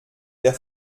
der